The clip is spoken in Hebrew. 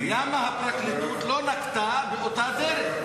למה הפרקליטות לא נקטה אותה דרך?